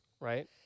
Right